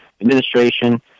administration